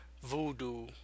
Voodoo